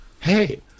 hey